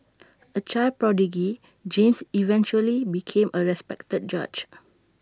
A child prodigy James eventually became A respected judge